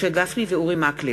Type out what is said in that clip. משה גפני ואורי מקלב.